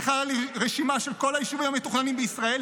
זה חל על רשימה של כל היישובים המתוכננים בישראל,